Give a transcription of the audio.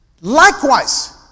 Likewise